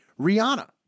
Rihanna